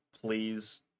please